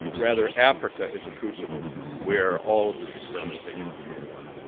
rather africa as a crucible where all of this experimentation was going on.